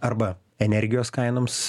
arba energijos kainoms